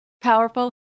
powerful